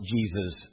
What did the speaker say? Jesus